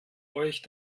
euch